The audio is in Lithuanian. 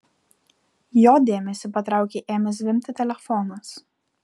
jo dėmesį patraukė ėmęs zvimbti telefonas